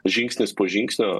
žingsnis po žingsnio